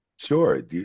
Sure